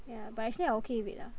yeah but actually I okay with it lah